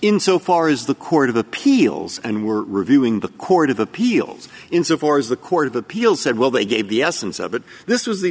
in so far as the court of appeals and we're reviewing the court of appeals insofar as the court of appeals said well they gave the essence of it this was the